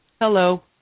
Hello